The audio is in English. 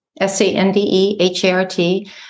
S-A-N-D-E-H-A-R-T